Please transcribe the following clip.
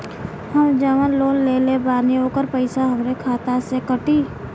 हम जवन लोन लेले बानी होकर पैसा हमरे खाते से कटी?